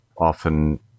often